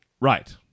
Right